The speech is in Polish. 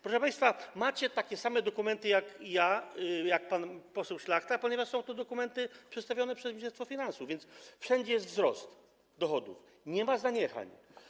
Proszę państwa, macie takie same dokumenty, jakie mam ja, jakie ma pan poseł Szlachta, ponieważ są to dokumenty przedstawione przez Ministerstwo Finansów, i wszędzie jest wzrost dochodów, nie ma zaniechań.